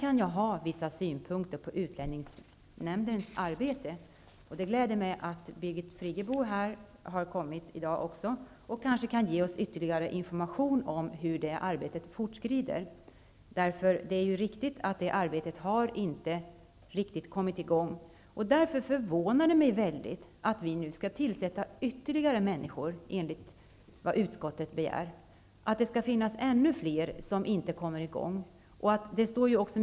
Jag kan ha vissa synpunkter på utlänningsnämndens arbete. Det gläder mig att se att Birgit Friggebo är här. Kanske kan hon ge oss ytterligare information om hur det här arbetet fortskrider. Detta arbete har, som det sägs, inte riktigt kommit i gång. Därför förvånar det mig väldigt att vi nu skall tillsätta ytterligare personer, enligt utskottets begäran. Det skall alltså finnas ännu fler som inte kommer i gång med det här arbetet.